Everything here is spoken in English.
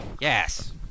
yes